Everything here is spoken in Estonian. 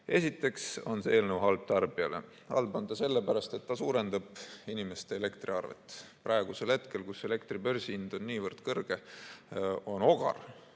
räägin. Esiteks on see eelnõu halb tarbijale. Halb on see sellepärast, et see suurendab inimeste elektriarvet. Praegusel hetkel, kus elektri börsihind on niivõrd kõrge, on ausalt